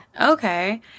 Okay